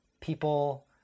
people